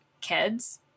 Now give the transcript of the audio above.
kids